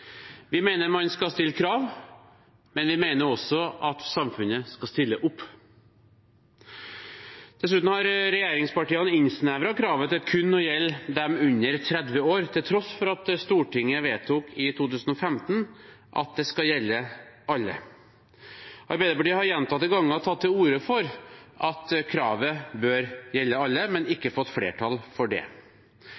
Vi mener man skal stille krav, men vi mener også at samfunnet skal stille opp. Dessuten har regjeringspartiene innsnevret kravet til kun å gjelde dem under 30 år, til tross for at Stortinget vedtok i 2015 at det skal gjelde alle. Arbeiderpartiet har gjentatte ganger tatt til orde for at kravet bør gjelde alle, men